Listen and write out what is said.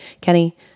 Kenny